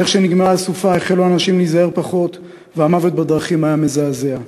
איך שנגמרה הסופה החלו אנשים להיזהר פחות והמוות בדרכים היה מזעזע.